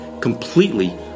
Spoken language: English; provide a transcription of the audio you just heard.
completely